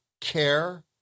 care